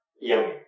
yummy